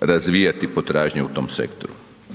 razvijati potražnja u tom sektoru.